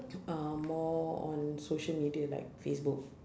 uh more on social media like facebook